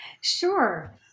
Sure